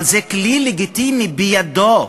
אבל זה כלי לגיטימי בידו.